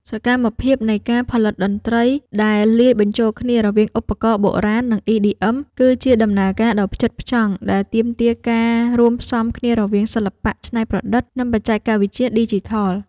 សកម្មភាពនៃការផលិតតន្ត្រីដែលលាយបញ្ចូលគ្នារវាងឧបករណ៍បុរាណ និង EDM គឺជាដំណើរការដ៏ផ្ចិតផ្ចង់ ដែលទាមទារការរួមផ្សំគ្នារវាងសិល្បៈច្នៃប្រឌិត និងបច្ចេកវិទ្យាឌីជីថល។